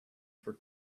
for